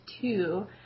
two